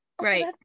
Right